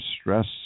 stress